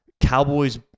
Cowboy's